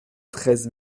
treize